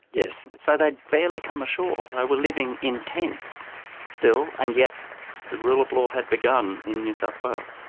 yes, so they had barely come ashore, and they were living in tents still, and yet the rule of law had begun in new south wales.